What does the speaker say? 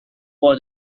for